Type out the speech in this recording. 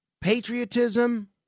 Patriotism